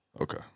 Okay